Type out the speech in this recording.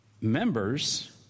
members